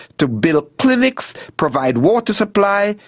to build clinics, provide water supply,